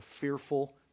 fearful